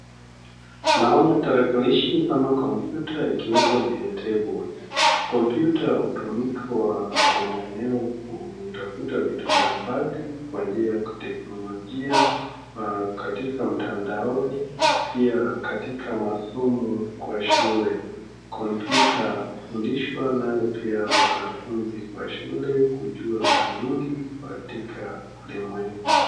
Naona tarakilishi ama kompyuta ikiwekwa juu ya table . Kompyuta hutumikwa kwa maneo kutafuta vitu mbali mbali kwa njia ya kiteknolojia katika mtandaoni, pia katika masomo kwa shule. Kompyuta hufundishwa nayo pia wanafunzi kwa shule kujua vitu mingi katika ulimwengu.